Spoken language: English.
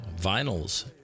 vinyls